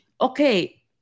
okay